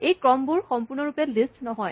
এই ক্ৰমবোৰ সম্পূৰ্ণ ৰূপে লিষ্ট নহয়